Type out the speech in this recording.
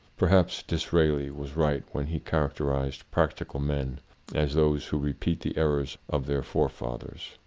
per haps disraeli was right when he characterized practical men as those who repeat the errors of their fore fathers.